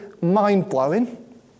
mind-blowing